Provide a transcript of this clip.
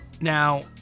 Now